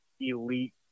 elite